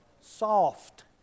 Soft